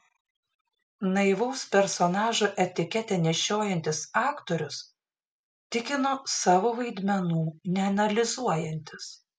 naivaus personažo etiketę nešiojantis aktorius tikino savo vaidmenų neanalizuojantis